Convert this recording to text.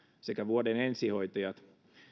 sekä vuoden ensihoitajat